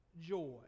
joy